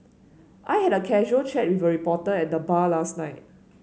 I had a casual chat with reporter at the bar last night